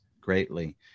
greatly